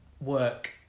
work